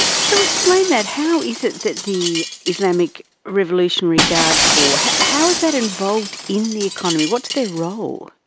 so explain that, how is it that the islamic revolutionary guard corp, how is that involved in the economy, what's their role?